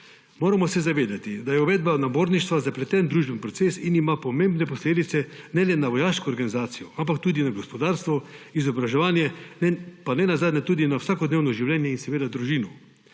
Moramo se zavedati, da je uvedba naborništva zapleten družbeni proces in ima pomembne posledice ne le na vojaško organizacijo, ampak tudi na gospodarstvo, izobraževanje in nenazadnje tudi na vsakodnevno življenje in seveda družino.